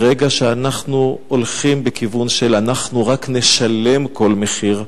ברגע שאנחנו הולכים לכיוון של "אנחנו רק נשלם כל מחיר",